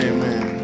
Amen